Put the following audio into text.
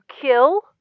kill